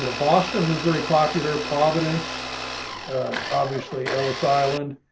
you know boston was very popular providence obviously ellis island.